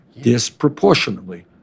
Disproportionately